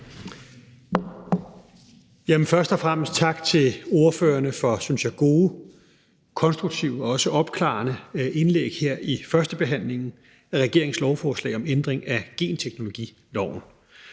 først og fremmest tak til ordførerne for gode, konstruktive og også opklarende indlæg her i førstebehandlingen af regeringens lovforslag om ændring af genteknologiloven.